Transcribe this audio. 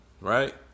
right